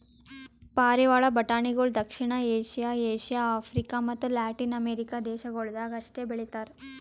ಪಾರಿವಾಳ ಬಟಾಣಿಗೊಳ್ ದಕ್ಷಿಣ ಏಷ್ಯಾ, ಏಷ್ಯಾ, ಆಫ್ರಿಕ ಮತ್ತ ಲ್ಯಾಟಿನ್ ಅಮೆರಿಕ ದೇಶಗೊಳ್ದಾಗ್ ಅಷ್ಟೆ ಬೆಳಿತಾರ್